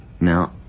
Now